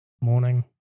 morning